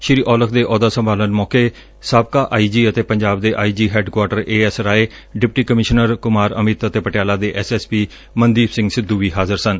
ਸ਼੍ਰੀ ਔਲਖ ਦੇ ਅਹੁਦਾ ਸੰਭਾਲਣ ਮੌਕੇ ਸਾਬਕਾ ਆਈਜੀ ਅਤੇ ਪੰਜਾਬ ਦੇ IG head quarter A S Rai deputy commissioner Kumar Amit ਅਤੇ ਪਟਿਆਲਾ ਦੇ ਐਸਐਸਪੀ ਮਨਦੀਪ ਸਿੰਘ ਸਿੱਧੂ ਵੀ ਹਾਜ਼ਰ ਸਨ